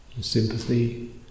sympathy